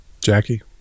jackie